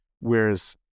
whereas